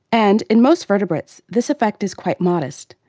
and, in most vertebrates, this effect is quite modest,